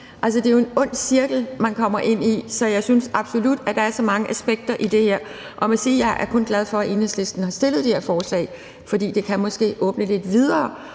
det er en ond cirkel, man kommer ind i. Jeg synes absolut, at der er så mange aspekter i det her, og jeg vil sige, at jeg kun er glad for, at Enhedslisten har fremsat det her forslag, for det kan måske åbne det lidt mere.